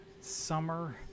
summer